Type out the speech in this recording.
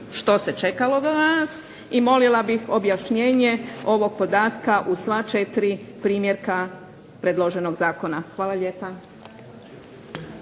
Što se čekalo do danas i molila bih objašnjenje ovog podatka u sva četiri primjerka predloženog zakona. Hvala lijepa.